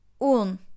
Un